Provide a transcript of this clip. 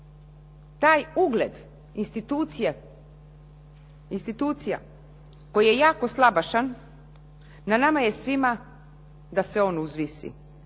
taj ugled institucija koji je jako slabašan, na nama je svima da se on uzvisi